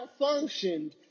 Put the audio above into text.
malfunctioned